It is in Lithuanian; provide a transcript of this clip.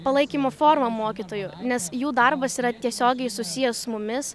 palaikymo forma mokytojų nes jų darbas yra tiesiogiai susijęs su mumis